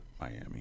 Miami